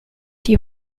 die